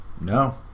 No